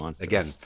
Again